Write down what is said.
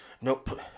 Nope